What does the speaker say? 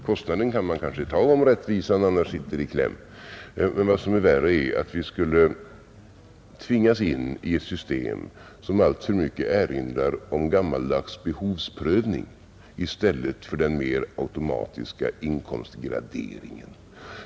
Kostnaden kan man kanske ta om rättvisan annars sitter i kläm, men vad som är värre är att vi skulle tvingas in i ett system som alltför mycket erinrar om gammaldags behovsprövning i stället för den mera automatiska inkomstgraderingen.